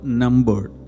numbered